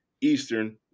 Eastern